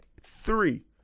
three